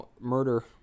murder